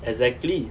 exactly